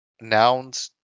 Nouns